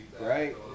Right